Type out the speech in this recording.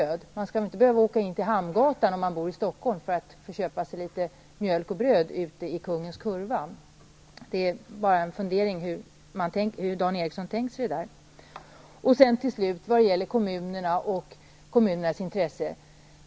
I Stockholm skall man väl inte behöva åka in till Hamngatan och ta buss för att köpa mjölk och bröd ute i Kungens kurva. Det var bara en liten fundering över hur Dan Eriksson tänker sig. Till slut om kommunernas intressen.